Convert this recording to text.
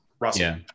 Russell